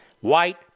White